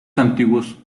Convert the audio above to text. antiguos